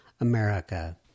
America